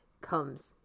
comes